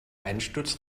einsturz